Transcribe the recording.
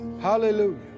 Hallelujah